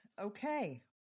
Okay